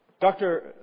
Dr